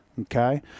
Okay